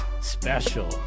special